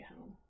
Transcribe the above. home